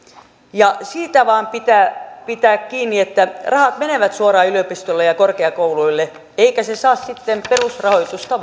siitä vain pitää pitää kiinni että rahat menevät suoraan yliopistoille ja korkeakouluille eikä se saa perusrahoitusta